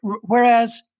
Whereas